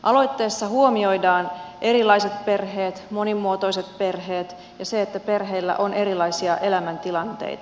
aloitteessa huomioidaan erilaiset perheet monimuotoiset perheet ja se että perheillä on erilaisia elämäntilanteita